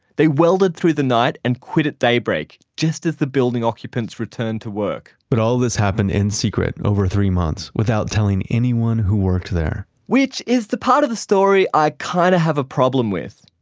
they welded through the night and quit at daybreak just as the building occupants returned to work but all this happened in secret over three months without telling anyone who worked there which is the part of the story i kind of have a problem with.